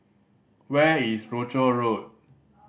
where is Rochor Road